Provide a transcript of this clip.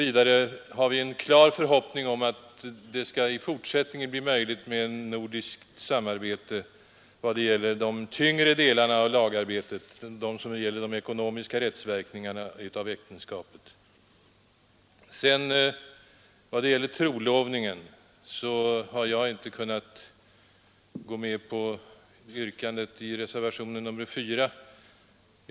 Vi har slutligen också en klar förhoppning att det i fortsättningen skall bli möjligt med nordiskt samarbete när det gäller de återstående, tyngre delarna av lagarbetet — de som rör de ekonomiska rättsverkningarna av Vad sedan gäller trolovningen har jag inte kunnat gå med på yrkandet i reservationen 4.